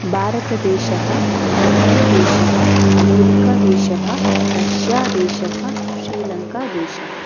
भारतदेशः जर्मनीदेशः अमेरिकादेशः रष्यादेशः श्रीलङ्कादेशः